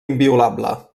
inviolable